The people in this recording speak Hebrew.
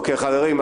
חברים,